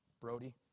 Brody